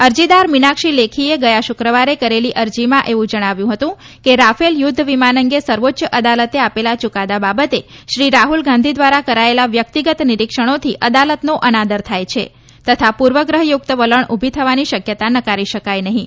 અરજીદાર મિનાક્ષી લેખીએ ગયા શુક્રવારે કરેલી અરજીમાં એવું જણાવ્યું હતું કે રાફેલ યુદ્ધ વિમાન અંગે સર્વોચ્ચ અદાલતે આપેલા ચૂકાદા બાબતે શ્રી રાહુલ ગાંધી દ્વારા કરાયેલા વ્યકિતગત નિરીક્ષણોથી અદાલતનો અનાદર થાય છે તથા પૂર્વગ્રહ યૂક્ત વલણ ઉભી થવાની શક્યતા નકારી શકાય નહીં